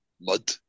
mud